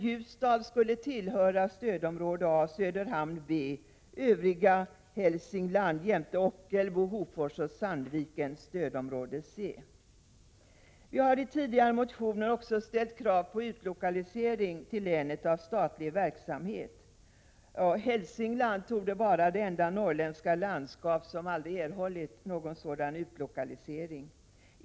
Ljusdal skulle då tillhöra stödområde A, Söderhamn stödområde B, och övriga Hälsingland jämte Ockelbo, Hofors och Sandviken stödområde C. Vi har i tidigare motioner också ställt krav på utlokalisering till länet av statlig verksamhet. Hälsingland torde vara det enda norrländska landskap som aldrig erhållit någon utlokaliserad verksamhet.